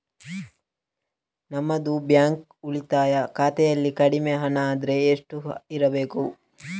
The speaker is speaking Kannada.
ನಮ್ಮದು ಬ್ಯಾಂಕ್ ಉಳಿತಾಯ ಖಾತೆಯಲ್ಲಿ ಕಡಿಮೆ ಹಣ ಅಂದ್ರೆ ಎಷ್ಟು ಇರಬೇಕು?